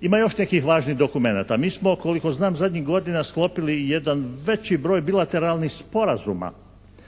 Ima još nekih lažnih dokumenata. Mi smo koliko znam zadnjih godina sklopili jedan veći broj bilateralnih sporazuma